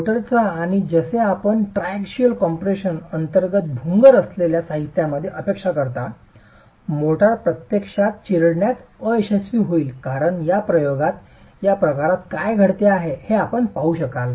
मोर्टारचा आणि जसे आपण ट्रायक्सियल कम्प्रेशन अंतर्गत भंगुर असलेल्या साहित्यामध्ये अपेक्षा करता मोर्टार प्रत्यक्षात चिरडण्यात अयशस्वी होईल कारण या प्रयोगात या प्रकारात काय घडते हे आपण पाहू शकाल